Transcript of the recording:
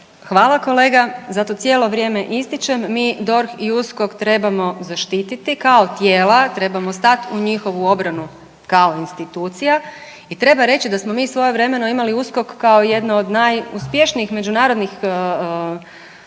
Hvala kolega. Ja to cijelo vrijeme ističem mi, DORH i USKOK trebamo zaštiti kao tijela, trebamo stati u njihovu obranu kao institucija i treba reći da smo mi svojevremeno imali USKOK kao jedno od najuspješnijih međunarodnih